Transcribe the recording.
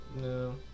No